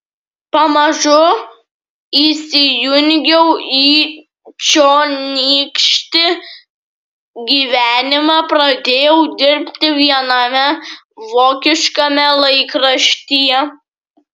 pamažu įsijungiau į čionykštį gyvenimą pradėjau dirbti viename vokiškame laikraštyje